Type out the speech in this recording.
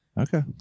Okay